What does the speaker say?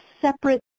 separate